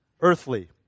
earthly